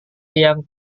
yang